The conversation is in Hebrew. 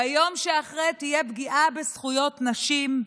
ביום שאחרי תהיה פגיעה בזכויות נשים.